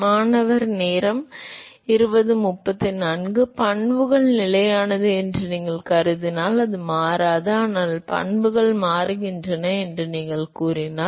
மாணவர் பண்புகள் நிலையானது என்று நீங்கள் கருதினால் அது மாறாது ஆனால் பண்புகள் மாறுகின்றன என்று நீங்கள் கூறினால்